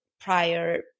prior